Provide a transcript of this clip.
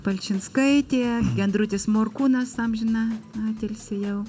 palčinskaitė gendrutis morkūnas amžiną atilsį jau